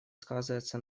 сказывается